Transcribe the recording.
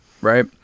right